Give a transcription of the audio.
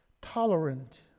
Tolerant